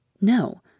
No